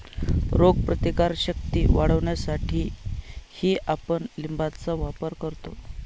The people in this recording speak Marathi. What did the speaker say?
रोगप्रतिकारक शक्ती वाढवण्यासाठीही आपण लिंबाचा वापर करतो